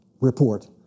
report